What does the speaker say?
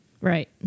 Right